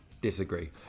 Disagree